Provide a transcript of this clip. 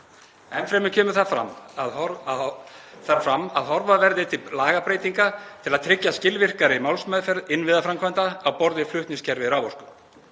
Enn fremur kemur þar fram að horfa verði til lagabreytinga til að tryggja skilvirkari málsmeðferð innviðaframkvæmda á borð við flutningskerfi raforku.